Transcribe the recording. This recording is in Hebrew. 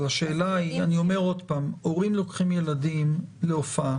אבל אני אומר עוד פעם: הורים לוקחים ילדים להופעה.